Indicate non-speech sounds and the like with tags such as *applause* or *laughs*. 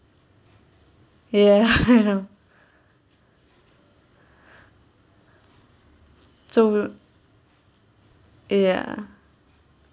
ya *laughs* so will ya